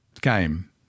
game